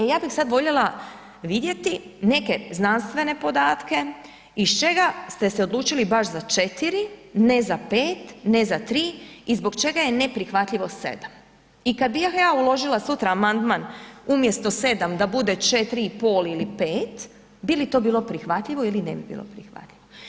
E ja bi sad voljela vidjeti neke znanstvene podatke iz čega ste se odlučili baš za 4, ne za 5, ne za 3 i zbog čega je neprihvatljivo 7. I kad bih ja uložila sutra amandman umjesto 7 da bude 4 i pol ili 5, bi li to bilo prihvatljivo ili ne bi bilo prihvatljivo?